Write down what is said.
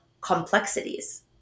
complexities